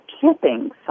camping